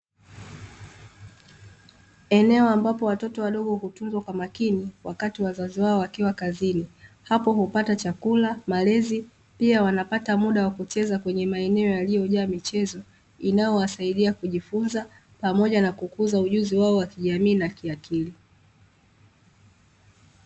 Eneo ambapo watoto wadogo hutunzwa kwa makini, wakati wazazi wao wakiwa kazini. Hapo hupata chakula, malezi pia wanapata muda wa kucheza kwenye maeneo yaliyojaa michezo, inayowasaidia kujifunza, pamoja na kukuza ujuzi wao wa kijamii na kiakili.